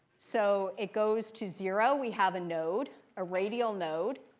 so it goes to zero. we have a node, a radial node.